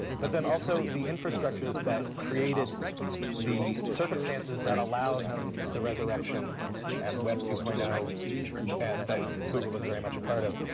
but then also the infrastructure that created the circumstances that allowed the resurrection and web two point zero that that google was very much a part of.